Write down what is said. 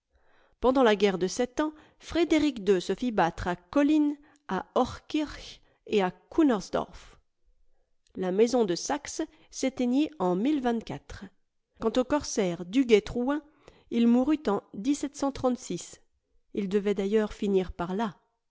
pendant la guerre de sept ans frédéric ii se fit battre à kollin à hochkirch et à kunersdorf la maison de saxe s'éteignit en quant au corsaire duguay trouin il mourut en ii devait d'ailleurs finir par là